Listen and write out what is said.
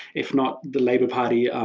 if not the labor party,